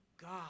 God